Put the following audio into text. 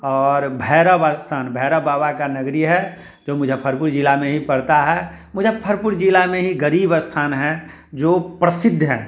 और भैरव स्थान भैरव बाबा की नगरी है जो मुज़फ़्फ़रपुर ज़िले में ही पड़ता है मुज़फ़्फ़रपुर ज़िले में ही ग़रीब स्थान है जो प्रसिद्ध है